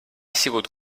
sigut